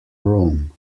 rome